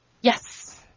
Yes